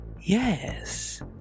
Yes